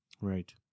Right